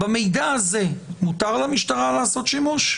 במידע הזה מותר למשטרה לעשות שימוש?